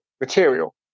material